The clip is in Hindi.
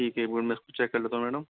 ठीक है एक बार मैं इसको चेक कर लेता हूँ मैडम